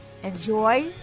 Enjoy